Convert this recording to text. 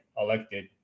elected